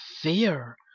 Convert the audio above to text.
Fear